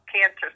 cancer